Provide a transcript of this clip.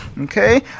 Okay